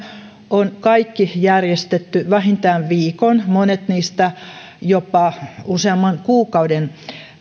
on kaikki järjestetty vähintään viikon monet niistä jopa useamman kuukauden